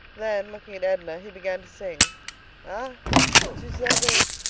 then, looking at edna, he began to sing ah! si tu savais!